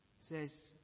says